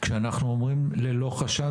כשאנחנו אומרים "ללא חשד",